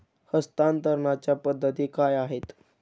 हस्तांतरणाच्या पद्धती काय आहेत?